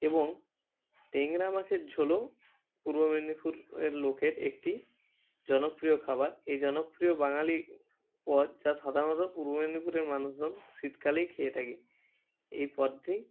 এবং ট্যাংড়া মাছের ঝোলও পূর্ব মেদিনীপুরের লোকের একটি জনপ্রিয় খাবার এই জনপ্রিয় বাঙালি পদ যা সাধারণত পূর্ব মেদনীপুরের মানুষজন শীতকালেই খেয়ে থাকে এই পদটি